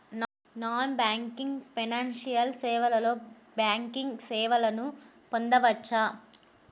Non banking financial సేవలో banking సేవలను పొందవచ్చా?